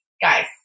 guys